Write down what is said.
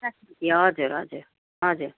साठी रुपियाँ हजुर हजुर हजुर